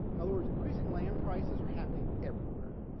in other words increasing land prices are happening everywhere.